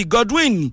Godwin